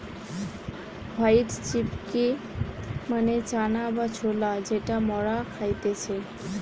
white chickpea মানে চানা বা ছোলা যেটা মরা খাইতেছে